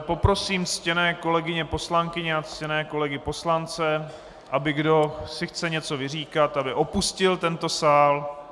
Poprosím ctěné kolegyně poslankyně a ctěné kolegy poslance, aby kdo si chce něco vyříkat, opustil tento sál.